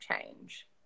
change